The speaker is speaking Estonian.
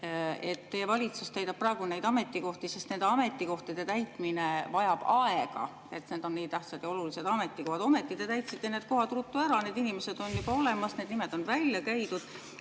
et teie valitsus [hakkas täitma] neid ametikohti, sest nende ametikohtade täitmine vajab aega, et need on nii tähtsad ja olulised ametikohad. Ometi te täitsite need kohad ruttu ära. Need inimesed on juba olemas, need nimed on välja käidud,